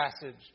passage